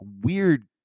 weird